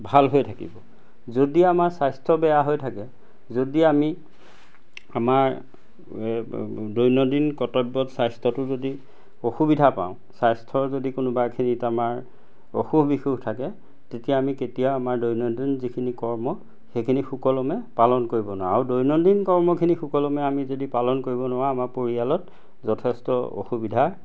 ভাল হৈ থাকিব যদি আমাৰ স্বাস্থ্য বেয়া হৈ থাকে যদি আমি আমাৰ দৈনন্দিন কৰ্তব্যত স্বাস্থ্যটো যদি অসুবিধা পাওঁ স্বাস্থ্যৰ যদি কোনোবাখিনিত আমাৰ অসুখ বিসুখ থাকে তেতিয়া আমি কেতিয়াও আমাৰ দৈনন্দিন যিখিনি কৰ্ম সেইখিনি সুকলমে পালন কৰিব নোৱাৰোঁ আৰু দৈনন্দিন কৰ্মখিনি সুকলমে আমি যদি পালন কৰিব নোৱাৰোঁ আমাৰ পৰিয়ালত যথেষ্ট অসুবিধাৰ